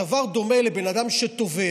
הדבר דומה לבן אדם שטובע,